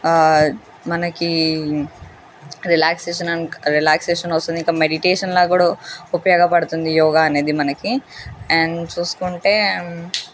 మనకి రిలాక్సేషన్ అం రిలాక్సేషన్ వస్తుంది ఇంకా మెడిటేషన్ లాగా కూడా ఉపయోగపడుతుంది యోగా అనేది మనకి అండ్ చూసుకుంటే